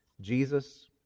Jesus